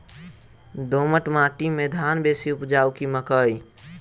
दोमट माटि मे धान बेसी उपजाउ की मकई?